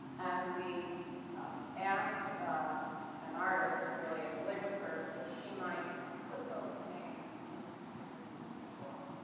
and we asked ah an artist, really a calligrapher if she might put those names into a book.